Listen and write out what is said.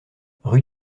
rue